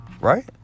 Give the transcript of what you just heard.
right